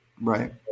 Right